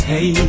Hey